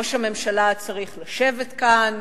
ראש הממשלה צריך לשבת כאן,